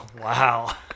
Wow